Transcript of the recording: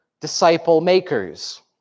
disciple-makers